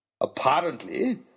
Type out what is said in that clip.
Apparently